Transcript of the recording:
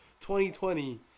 2020